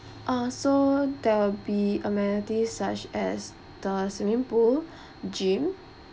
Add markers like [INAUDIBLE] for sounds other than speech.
uh so there will be amenities such as the swimming pool [BREATH] gym